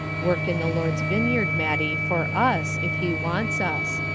work in the lord's vineyard, mattie, for us, if he wants us.